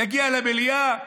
יגיע למליאה.